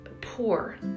poor